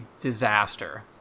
disaster